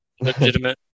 Legitimate